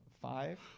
five